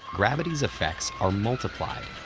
gravity's effects are multiplied.